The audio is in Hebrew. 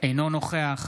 אינו נוכח